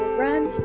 run